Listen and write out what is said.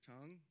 tongue